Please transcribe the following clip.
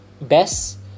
best